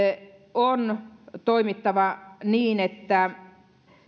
on toimittava niin että